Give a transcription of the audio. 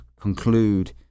conclude